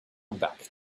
back